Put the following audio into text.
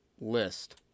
list